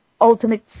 ultimate